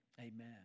Amen